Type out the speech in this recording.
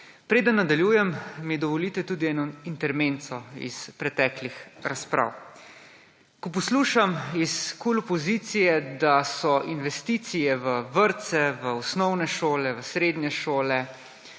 Preden nadaljujem, mi dovolite tudi en intermenzzo iz preteklih razprav. Ko poslušam iz KUL opozicije, da so investicije v vrtce, v osnovne šole, v srednje šole,